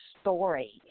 story